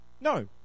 No